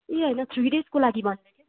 ए होइन थ्री डेसको लागि भन्दैथ्यो